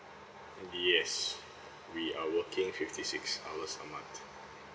yes we are working fifty six hours a month